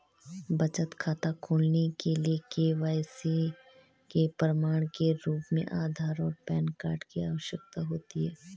बचत खाता खोलने के लिए के.वाई.सी के प्रमाण के रूप में आधार और पैन कार्ड की आवश्यकता होती है